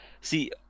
See